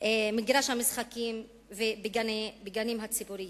משחקים או בגנים ציבוריים.